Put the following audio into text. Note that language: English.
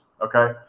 okay